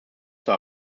zur